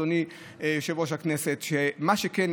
אדוני יושב-ראש הכנסת: מה שכן,